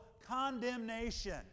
condemnation